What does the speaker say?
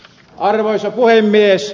arvoisa puhemies